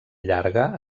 llarga